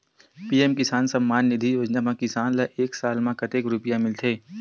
PM किसान सम्मान निधी योजना म किसान ल एक साल म कतेक रुपिया मिलथे?